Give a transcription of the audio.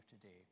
today